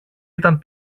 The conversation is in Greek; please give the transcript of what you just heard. ήταν